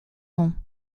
nom